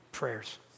prayers